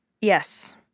Yes